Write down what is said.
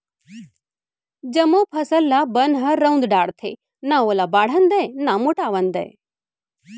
जमो फसल ल बन ह रउंद डारथे, न ओला बाढ़न दय न मोटावन दय